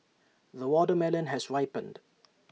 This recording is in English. the watermelon has ripened